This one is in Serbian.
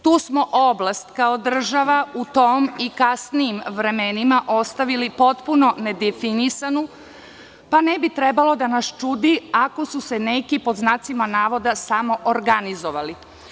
Tu smo oblast kao država u tim i kasnijim vremenima ostavili potpuno nedefinisanu, pa ne bi trebalo da nas čudi ako su se neki pod znacima navoda, samoorganizovali.